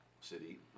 City